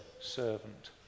servant